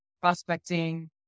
prospecting